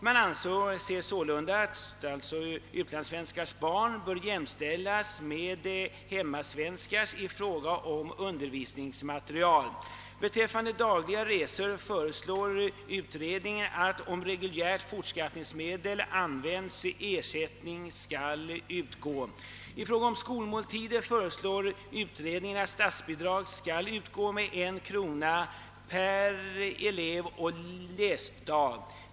Man anser sålunda att dessa bör jämställas med hemmasvenskars i fråga om undervisningsmateriel. Beträffande dagliga resor föreslår utredningen att om reguljärt fortskattningsmedel användes ersättning skall utgå. I fråga om skolmåltiderna föreslår utredningen ett statsbidrag med 1 krona per elev och läsdag.